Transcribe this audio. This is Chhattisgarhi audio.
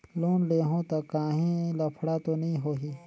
लोन लेहूं ता काहीं लफड़ा तो नी होहि?